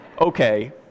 okay